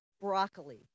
broccoli